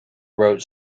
wrote